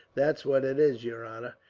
that's what it is, yer honor,